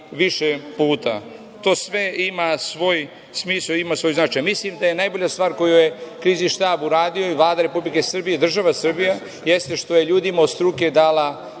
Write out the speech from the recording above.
više puta. To sve ima svoj smisao, ima svoj značaj. Mislim da je najbolja stvar koju je Krizni štab uradio i Vlada Republike Srbije i država Srbija jeste što je ljudima od struke dala